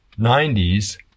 90's